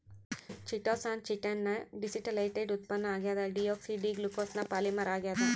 chitosan chitin ನ deacetylated ಉತ್ಪನ್ನ ಆಗ್ಯದ ಡಿಯೋಕ್ಸಿ ಡಿ ಗ್ಲೂಕೋಸ್ನ ಪಾಲಿಮರ್ ಆಗ್ಯಾದ